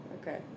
Okay